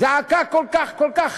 זעקה כל כך כל כך,